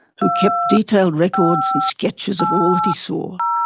who kept detailed records and sketches of all that he saw,